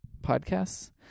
podcasts